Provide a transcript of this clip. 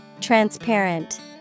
Transparent